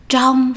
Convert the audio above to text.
Trong